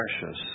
precious